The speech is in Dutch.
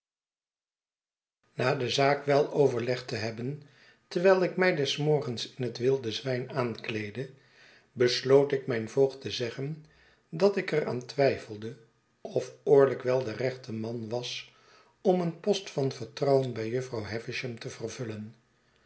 na de zaak wel overlegd te hebben terwijl ik mij des morgens in het wilde zwijn aankleedde besloot ik mijn voogd te zeggen dat ik er aan twijfelde of orlick wel de rechte man was om een post van vertrouwen bij jufvrouw havisham te vervullen